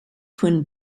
twin